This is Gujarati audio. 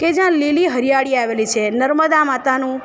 કે જ્યાં લીલી હરિયાળી આવેલી છે નર્મદા માતાનું